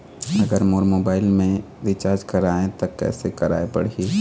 अगर मोर मोबाइल मे रिचार्ज कराए त कैसे कराए पड़ही?